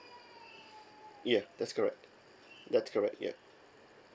ya that's correct that's correct ya